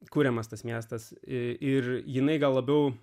kuriamas tas miestas ir jinai gal labiau